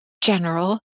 general